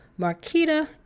Marquita